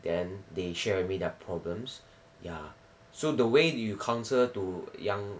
then they share with me their problems ya so the way you counsel to young